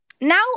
Now